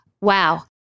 Wow